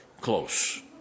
close